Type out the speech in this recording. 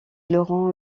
laurent